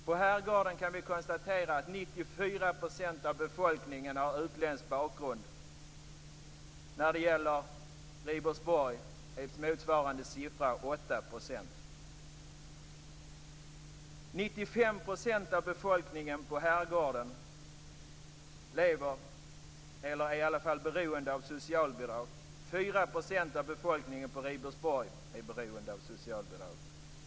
På Herrgården kan vi konstatera att 94 % av befolkningen har utländsk bakgrund. När det gäller Ribersborg är motsvarande siffra 8 %. 95 % av befolkningen på Herrgården är beroende av socialbidrag. 4 % av befolkningen på Ribersborg är beroende av socialbidrag.